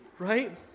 Right